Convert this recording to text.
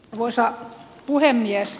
arvoisa puhemies